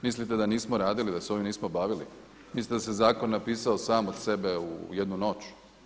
Mislite da nismo radili da se ovim nismo bavili, mislite da se zakon napisao sam od sebe u jednu noć?